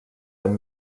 amb